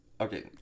Okay